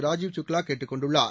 ராஜீவ் சுக்லா கேட்டுக் கொண்டுள்ளார்